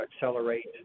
accelerate